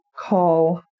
call